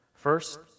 First